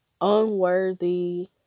unworthy